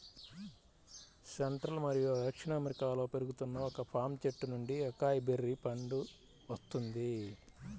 central మరియు దక్షిణ అమెరికాలో పెరుగుతున్న ఒక పామ్ చెట్టు నుండి అకాయ్ బెర్రీ పండు వస్తుంది